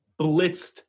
Blitzed